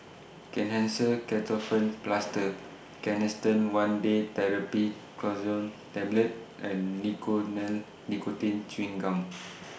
Kenhancer Ketoprofen Plaster Canesten one Day Therapy Tablet and Nicotinell Nicotine Chewing Gum